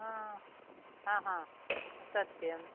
सत्यम्